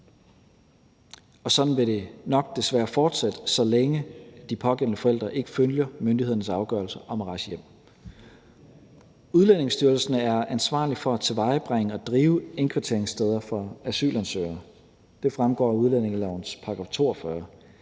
sådan vil det desværre nok fortsætte, så længe de pågældende forældre ikke følger myndighedernes afgørelse om at rejse hjem. Kl. 11:52 Udlændingestyrelsen er ansvarlig for at tilvejebringe og drive indkvarteringssteder for asylansøgere. Det fremgår af udlændingelovens § 42.